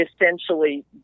essentially